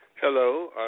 Hello